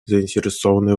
заинтересованные